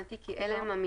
אלה שיקולם כלכליים להבנתי,